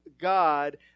God